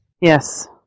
Yes